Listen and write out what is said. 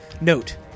Note